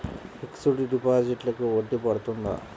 Fixed డిపాజిట్లకు వడ్డీ పడుతుందా?